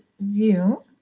view